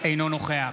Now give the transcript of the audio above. אינו נוכח